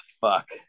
fuck